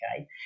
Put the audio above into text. okay